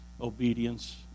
obedience